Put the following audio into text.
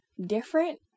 different